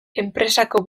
enpresako